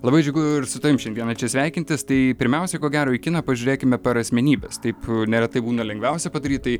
labai džiugu ir su tavim šiandieną čia sveikintis tai pirmiausia ko gero į kiną pažiūrėkime per asmenybes taip neretai būna lengviausia padaryti tai